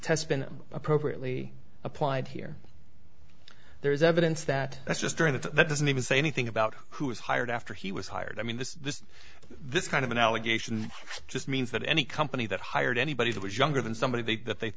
test been appropriately applied here there is evidence that that's just during that that doesn't even say anything about who was hired after he was hired i mean this this this kind of an allegation just means that any company that hired anybody that was younger than somebody they that they